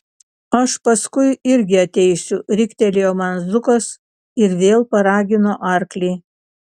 aš paskui irgi ateisiu riktelėjo man zukas ir vėl paragino arklį